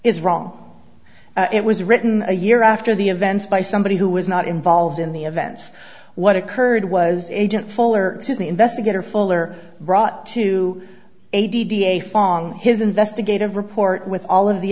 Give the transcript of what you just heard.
is wrong it was written a year after the events by somebody who was not involved in the events what occurred was agent fuller the investigator fuller brought to a far on his investigative report with all of the